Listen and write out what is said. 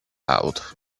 out